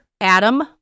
adam